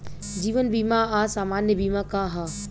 जीवन बीमा आ सामान्य बीमा का ह?